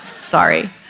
Sorry